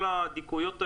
כל הדקויות האלה,